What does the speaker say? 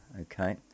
Okay